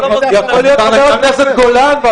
חבר הכנסת גולן,